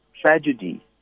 tragedy